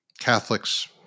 Catholics